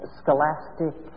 scholastic